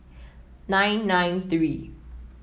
nine nine three